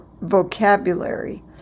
vocabulary